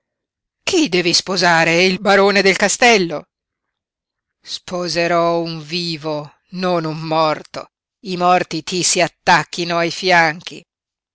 chi devi sposare il barone del castello sposerò un vivo non un morto i morti ti si attacchino ai fianchi